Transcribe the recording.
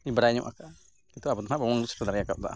ᱵᱟᱲᱟᱭ ᱧᱚᱜ ᱠᱟᱜᱼᱟ ᱱᱤᱛᱚᱜ ᱟᱵᱚ ᱫᱚ ᱦᱟᱸᱜ ᱵᱟᱵᱚᱱ ᱥᱮᱴᱮᱨ ᱫᱟᱲᱮᱭ ᱠᱟᱣᱫᱟ